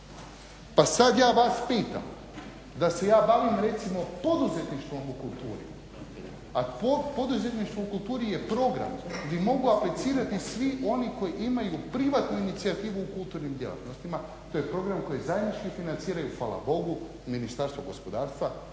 Pa sad ja vas pitam da se ja bavim recimo poduzetništvom u kulturi, a poduzetništvo u kulturi je program gdje mogu aplicirati svi oni koji imaju privatnu inicijativu u kulturnim djelatnostima. To je program koji zajednički financiraju hvala bogu Ministarstvo gospodarstva